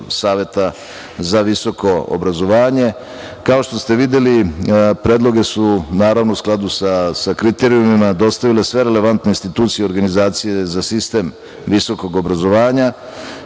saveta za visoko obrazovanje. Kao što ste videli, predloge su, naravno, u skladu sa kriterijumima, dostavile sve relevantne institucije i organizacije za sistem visokog obrazovanja,